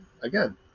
again